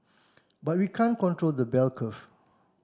but we can't control the bell curve